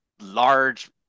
large